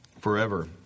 forever